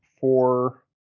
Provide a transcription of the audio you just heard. four